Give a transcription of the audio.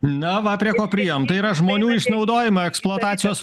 na va prie ko priėjom tai yra žmonių išnaudojimo eksploatacijos